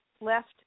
left